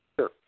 Sure